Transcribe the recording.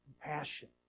Compassion